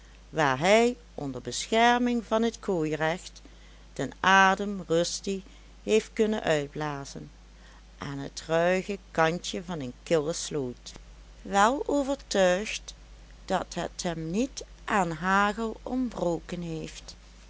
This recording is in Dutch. waar hij onder bescherming van het kooirecht den adem rustig heeft kunnen uitblazen aan het ruige kantje van een kille sloot wel overtuigd dat het hem niet aan hagel ontbroken heeft